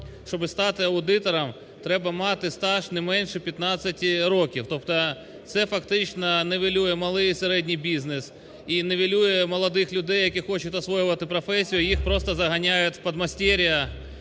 щоб стати аудитором треба мати стаж не менше 15 років. Тобто це, фактично, нівелює малий і середній бізнес, і нівелює молодих людей, які хочуть освоювати професію їх просто заганяють в подмастерья,